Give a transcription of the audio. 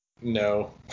no